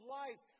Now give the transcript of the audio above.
life